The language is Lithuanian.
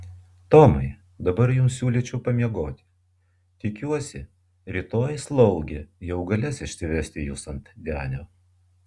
tomai dabar jums siūlyčiau pamiegoti tikiuosi rytoj slaugė jau galės išsivesti jus ant denio